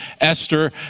Esther